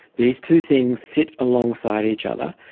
these two things sit alongside each other.